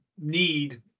need